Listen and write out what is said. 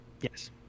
Yes